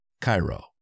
Cairo